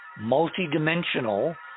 multidimensional